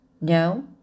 No